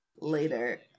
later